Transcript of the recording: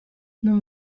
non